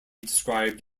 described